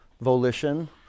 volition